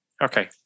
Okay